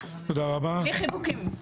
בלי חיבוקים.